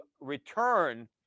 return